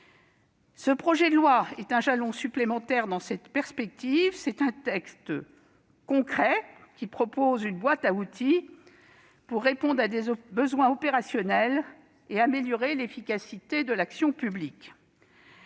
Ce projet de loi est un jalon supplémentaire dans cette perspective. C'est un texte concret, qui propose une boîte à outils pour répondre à des besoins opérationnels et améliorer l'efficacité de l'action publique.